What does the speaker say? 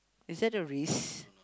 is that a risk